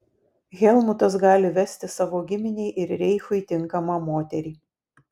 helmutas gali vesti savo giminei ir reichui tinkamą moterį